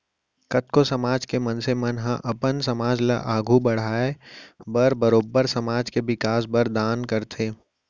कतको समाज के मनसे मन ह अपन समाज ल आघू बड़हाय बर बरोबर समाज के बिकास बर दान करथे